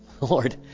Lord